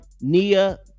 nia